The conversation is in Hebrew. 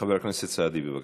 חבר הכנסת סעדי, בבקשה.